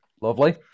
lovely